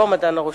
לא המדען הראשי.